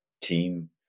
team